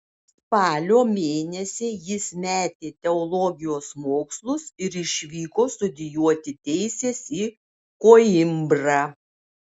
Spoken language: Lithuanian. spalio mėnesį jis metė teologijos mokslus ir išvyko studijuoti teisės į koimbrą